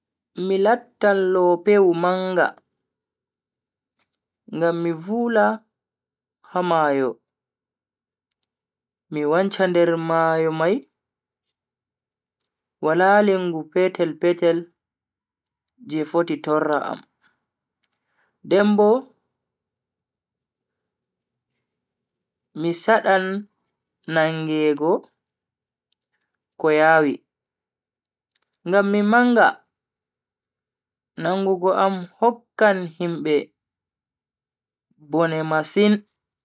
Mi lattan lopewu manga ngam mi vula ha mayo. mi wancha nder mayo mai wala lingu petel-petel je foti torra am den bo mi sadan nangego ko yawi, ngam mi manga nangugo am hokkan himbe bone masin.